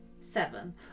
Seven